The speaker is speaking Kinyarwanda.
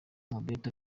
mobetto